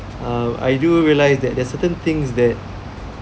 um I do realize that there are certain things that